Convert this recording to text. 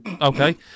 okay